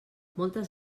moltes